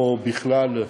או בכלל,